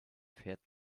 fährt